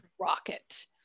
Rocket